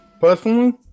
personally